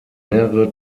mehrere